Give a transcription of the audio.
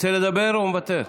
רוצה לדבר או מוותר?